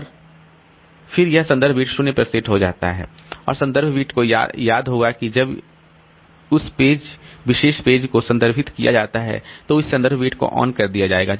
और फिर यह संदर्भ बिट 0 पर सेट हो जाता है और संदर्भ बिट को याद होगा कि यदि उस विशेष पेज को संदर्भित किया जाता है तो उस संदर्भ बिट को ऑन कर दिया जाएगा